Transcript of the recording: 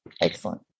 excellent